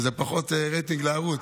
זה פחות רייטינג לערוץ.